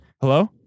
Hello